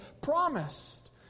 promised